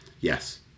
yes